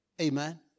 Amen